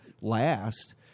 last –